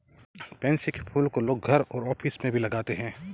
pansy के फूल को लोग घर और ऑफिस में भी लगाते है